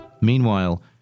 Meanwhile